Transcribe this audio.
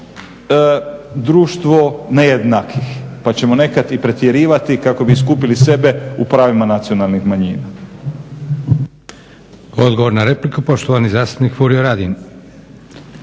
društvo nejednakih pa ćemo nekad i pretjerivati kako bi iskupili sebe u pravima nacionalnih manjina.